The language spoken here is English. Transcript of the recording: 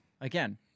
again